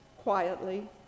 quietly